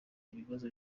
ibibazo